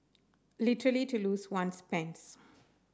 literally to lose one's pants